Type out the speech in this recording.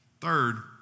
Third